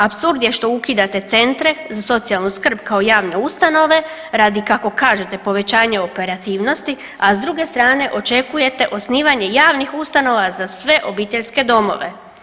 Apsurd je što ukidate centre za socijalnu skrb kao javne ustanove radi kako kažete povećanja operativnosti, a s druge strane očekujete osnivanje javnih ustanova za sve obiteljske domove.